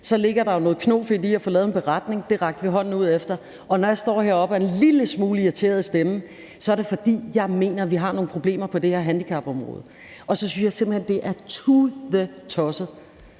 ligger der jo noget knofedt i at få lavet en beretning – det rakte vi hånden ud efter. Og når jeg står heroppe og lyder en lille smule irriteret i stemmen, er det, fordi jeg mener, at vi har nogle problemer her på handicapområdet, og så synes jeg simpelt hen, at det er tudetosset,